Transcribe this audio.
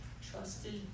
trusted